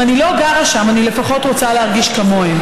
אם אני לא גרה שם, אני לפחות רוצה להרגיש כמוהם.